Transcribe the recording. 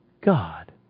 God